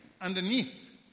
underneath